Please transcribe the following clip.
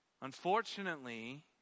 Unfortunately